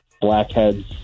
blackheads